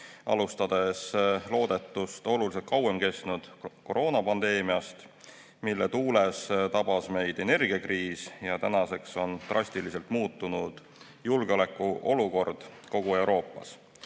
alustades loodetust oluliselt kauem kestnud koroonapandeemiast, mille tuules tabas meid energiakriis, ja tänaseks on drastiliselt muutunud julgeolekuolukord kogu Euroopas.